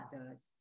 others